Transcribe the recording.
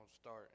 start